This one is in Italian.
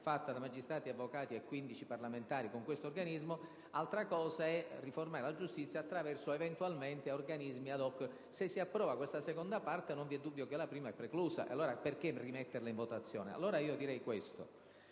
fatta da magistrati, avvocati e 15 parlamentari, con questo organismo; altro conto è riformare la giustizia attraverso, eventualmente, organismi *ad hoc*. Se si approva questa seconda parte, non vi è dubbio che la prima sia preclusa. Allora, perché rimetterla in votazione? Colleghi, passo